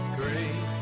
great